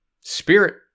spirit